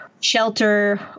Shelter